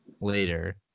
later